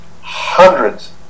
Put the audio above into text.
hundreds